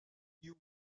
you